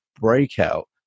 breakout